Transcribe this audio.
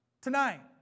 tonight